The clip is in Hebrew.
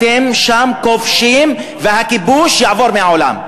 אתם שם כובשים, והכיבוש יעבור מן העולם.